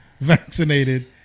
vaccinated